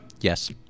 Yes